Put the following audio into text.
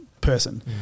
person